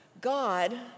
God